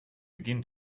begin